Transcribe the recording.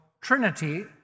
trinity